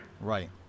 Right